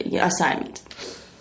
assignment